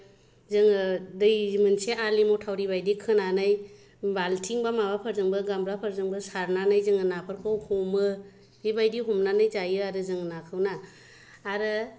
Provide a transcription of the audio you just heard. जोङो दै मोनसे आलि मथ'रिबादि खोनानै बाल्टिं बा माबाफोरजोंबो गामलाफोरजोंबो सारनानै जोङो नाफोरखौ हमो बेबादि हमनानै जायो आरो जोङो नाखौ ना आरो